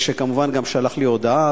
שכמובן גם שלח לי הודעה.